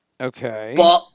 Okay